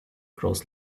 grows